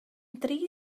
dri